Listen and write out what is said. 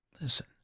listen